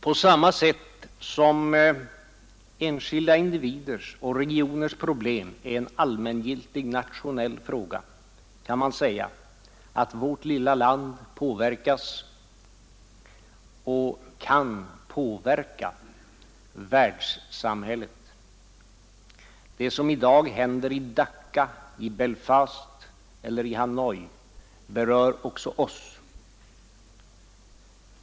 På samma sätt som enskilda individers och regioners problem är en allmängiltig nationell fråga kan man säga att vårt lilla land påverkas av och kan påverka världssamhället. Det som i dag händer i Dacca, i Belfast eller i Hanoi berör också oss.